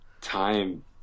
Time